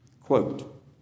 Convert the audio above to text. Quote